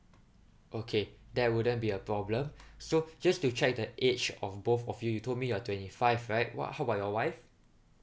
okay that wouldn't be a problem so just to check the age of both of you you told me you are twenty five right what how about your wife